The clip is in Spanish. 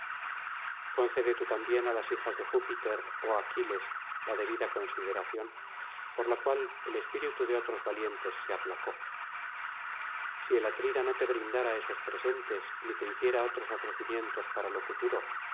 concede tú también á las hijas de júpiter oh aquiles la debida consideración por la cual el espíritu de otros valientes se aplacó si el atrida no te brindara esos presentes ni te hiciera otros ofrecimientos para lo futuro